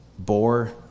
bore